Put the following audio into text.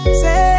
say